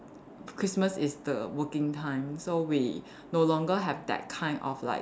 Christmas is the working time so we no longer have that kind of like